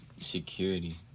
security